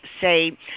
say